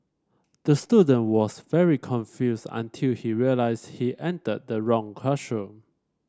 the student was very confused until he realised he entered the wrong classroom